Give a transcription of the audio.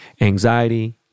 anxiety